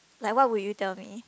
like what would you tell me